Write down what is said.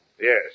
Yes